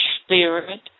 spirit